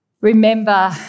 remember